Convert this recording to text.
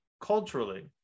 culturally